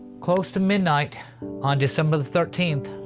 close to midnight on december thirteenth,